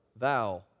Thou